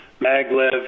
maglev